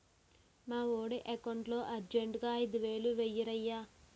మావోడి ఎకౌంటులో అర్జెంటుగా ఐదువేలు వేయిరయ్య